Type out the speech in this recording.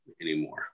anymore